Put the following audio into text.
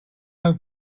own